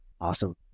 Awesome